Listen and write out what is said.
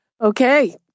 Okay